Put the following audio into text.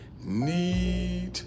need